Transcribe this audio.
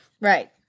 Right